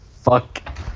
fuck